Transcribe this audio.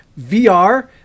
VR